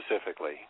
specifically